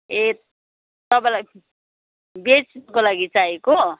ए तपाईँलाई बेच्नुको लागि चाहिएको